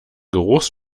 geruchs